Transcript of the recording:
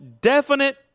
definite